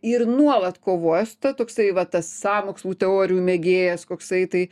ir nuolat kovoja su ta toksai vat tas sąmokslų teorijų mėgėjas koksai tai